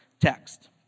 text